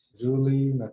Julie